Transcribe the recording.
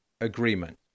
agreement